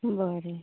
बरें